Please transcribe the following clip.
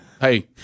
Hey